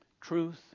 Truth